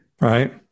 Right